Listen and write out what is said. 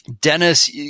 Dennis